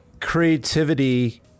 creativity